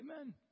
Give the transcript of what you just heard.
Amen